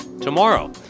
tomorrow